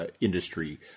industry